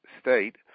state